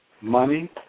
Money